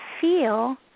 feel